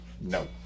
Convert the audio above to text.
no